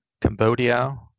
Cambodia